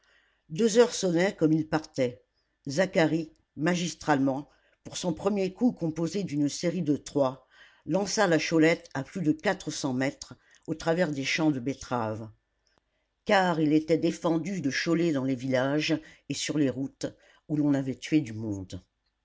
deux heures sonnaient comme ils partaient zacharie magistralement pour son premier coup composé d'une série de trois lança la cholette à plus de quatre cents mètres au travers des champs de betteraves car il était défendu de choler dans les villages et sur les routes où l'on avait tué du monde